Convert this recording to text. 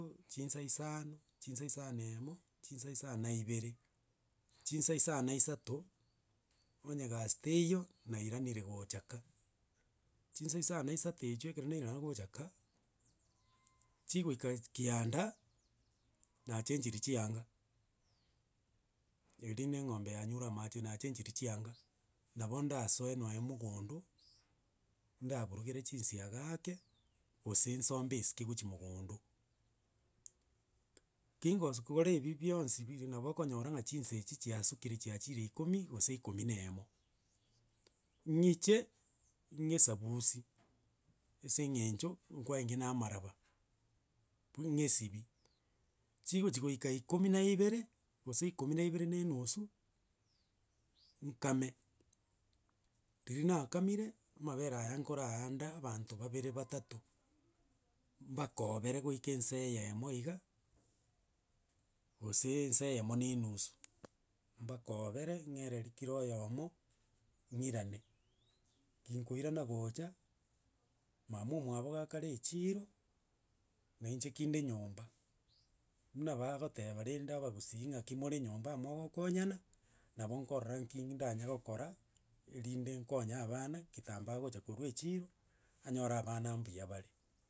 Oh chinsa isano, chinsa isano na emo, chinsa isano na ibere chinsa isano na isato, onye gasi teiyo nairanire gocha ka, chinsa isano na isato echio ekero nairana gocha ka, chigoika kianda, nachenchiri chianga, eri rinde eng'ombe yanyure amache, nachenchiri chianga nabo ndasoe nonye mogondo, ndaburugera chinsiaga ake, gose nsombe esike gochia mogondo. Kingosigokora ebi bionsi bi- bi nabo okonyora ng'a chinsa echi chiasukire chiachire ikomi gose ikomi na emo, ng'iche ngeesabusie, ase eng'encho nkwarenge na amaraba, bu ng'esibie, chigochi goika ikomi na ibere gose ikomi na ibere na enusu, nkame, riria nakamire amabere aya nkora ande abanto babere batato, mbakobere goika ense eyemo iga, gosee ensa eyemo na enusu, mbakobere ng'ereri kira oyomo, ng'irane. Ginkoirana gocha, mama omwabo gakare echiro, na inche kinde nyomba, buna bagoteba rende abagusii ng'aki more nyomba mogokonyana, nabo nkorora nki ndanya gokora erinde nkonye abana, kitambo agocha korwa echiro, anyore abana mbuya bare.